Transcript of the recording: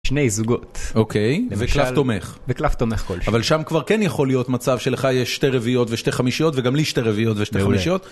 שני זוגות, למשל, וקלף תומך כלשהו, אבל שם כבר כן יכול להיות מצב שלך יש שתי רביעיות ושתי חמישיות וגם לי שתי רביעיות ושתי חמישיות